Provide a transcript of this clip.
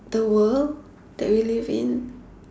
the world that we live in